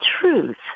truth